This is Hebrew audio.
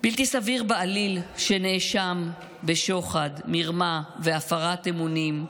בלתי סביר בעליל שנאשם בשוחד, מרמה והפרת אמונים,